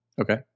Okay